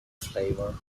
flavor